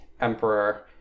emperor